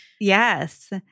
Yes